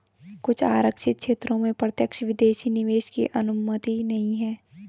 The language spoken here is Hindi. कुछ आरक्षित क्षेत्रों में प्रत्यक्ष विदेशी निवेश की अनुमति नहीं है